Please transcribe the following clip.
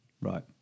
Right